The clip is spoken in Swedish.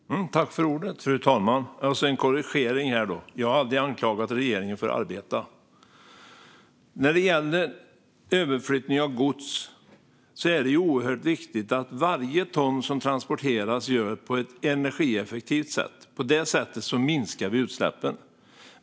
Fru talman! Låt mig börja med en korrigering. Jag har aldrig anklagat regeringen för att arbeta. När det gäller överflyttning av gods är det viktigt att varje ton transporteras på ett energieffektivt sätt. Då minskar vi utsläppen.